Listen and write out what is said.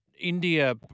India